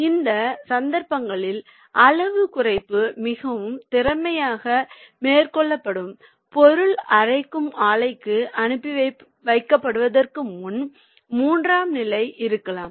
அந்த சந்தர்ப்பங்களில் அளவு குறைப்பு மிகவும் திறமையாக மேற்கொள்ளப்படும் பொருள் அரைக்கும் ஆலைகளுக்கு அனுப்பப்படுவதற்கு முன் மூன்றாம் நிலை இருக்கலாம்